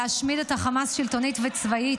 להשמיד את החמאס שלטונית וצבאית,